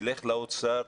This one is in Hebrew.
תלך לאוצר,